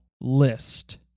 list